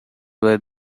were